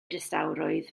distawrwydd